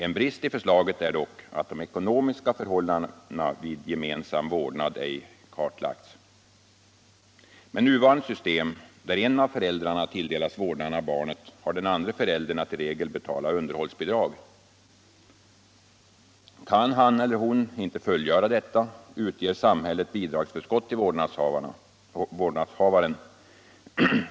En brist i förslaget är dock att de ekonomiska förhållandena vid gemensam vårdnad ej kartlagts. Med nuvarande system, där en av föräldrarna tilldelas vårdnaden av barnet, har den andre föräldern att i regel betala underhållsbidrag. Kan han eller hon inte fullgöra detta utger samhället bidragsförskott till vårdnadshavaren.